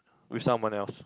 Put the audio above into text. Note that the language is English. with someone else